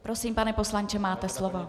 Prosím, pane poslanče, máte slovo.